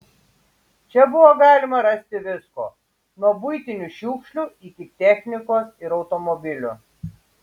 čia buvo galima rasti visko nuo buitinių šiukšlių iki technikos ir automobilių